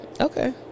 Okay